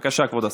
בבקשה, כבוד השר.